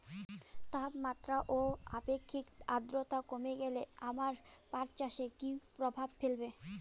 তাপমাত্রা ও আপেক্ষিক আদ্রর্তা কমে গেলে আমার পাট চাষে কী প্রভাব ফেলবে?